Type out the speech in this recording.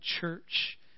church